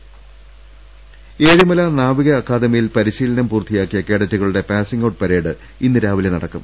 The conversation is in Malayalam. രുട്ട്ട്ട്ട്ട്ട്ട ഏഴിമല നാവിക അക്കാദമിയിൽ പരിശീലനം പൂർത്തിയാക്കിയ കേഡ റ്റുകളുടെ പാസിംഗ് ഔട്ട് പരേഡ് ഇന്ന് രാവിലെ നടക്കും